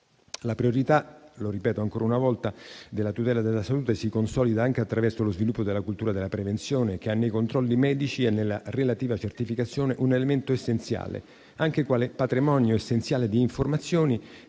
La priorità - ripeto ancora una volta - della tutela della salute si consolida anche attraverso lo sviluppo della cultura della prevenzione che ha nei controlli medici e nella relativa certificazione un elemento essenziale, anche quale patrimonio essenziale di informazioni